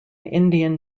indian